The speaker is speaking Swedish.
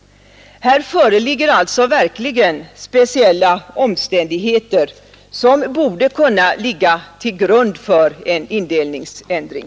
Här finns alltså verkligen speciella omständigheter, som borde kunna ligga till grund för en indelningsändring.